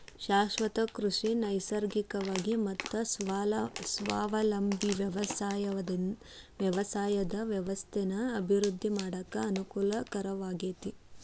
ಶಾಶ್ವತ ಕೃಷಿ ನೈಸರ್ಗಿಕವಾಗಿ ಮತ್ತ ಸ್ವಾವಲಂಬಿ ವ್ಯವಸಾಯದ ವ್ಯವಸ್ಥೆನ ಅಭಿವೃದ್ಧಿ ಮಾಡಾಕ ಅನಕೂಲಕರವಾಗೇತಿ